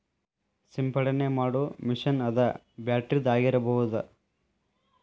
ಸಿಂಪಡನೆ ಮಾಡು ಮಿಷನ್ ಅದ ಬ್ಯಾಟರಿದ ಆಗಿರಬಹುದ